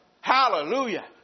Hallelujah